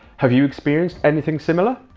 have you experienced anything similar?